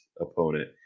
opponent